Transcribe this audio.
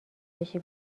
بشی